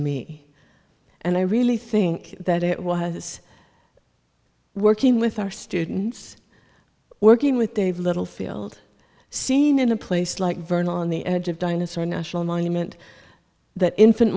me and i really think that it was working with our students working with dave littlefield seen in a place like vern on the edge of dinosaur national monument that in